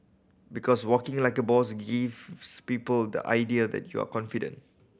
because walking like a boss gives people the idea that you are confident